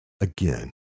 Again